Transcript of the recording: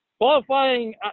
qualifying